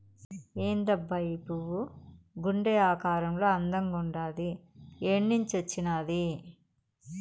ఏందబ్బా ఈ పువ్వు గుండె ఆకారంలో అందంగుండాది ఏన్నించొచ్చినాది